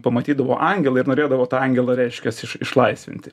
pamatydavo angelą ir norėdavo tą angelą reiškias iš išlaisvinti